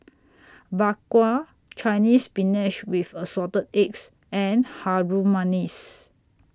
Bak Kwa Chinese Spinach with Assorted Eggs and Harum Manis